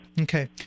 Okay